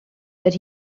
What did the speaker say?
that